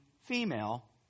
female